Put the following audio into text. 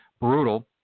brutal